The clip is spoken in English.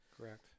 correct